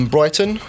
Brighton